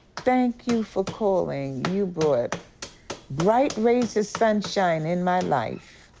thank you for calling. you brought bright rays of sunshine in my life.